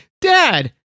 dad